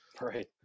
right